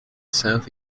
south